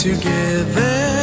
Together